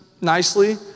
nicely